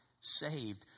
Saved